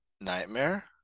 nightmare